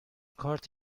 کارت